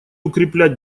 укреплять